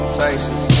faces